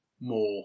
more